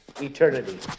eternity